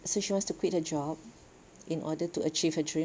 so she wants to quit her job in order to achieve her dream